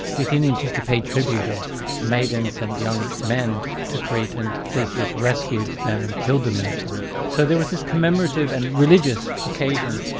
the athenians used to pay tribute of maidens and young men to crete, and theseus rescued them and killed the minotaur, so there was this commemorative and religious occasion.